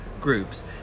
groups